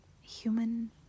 human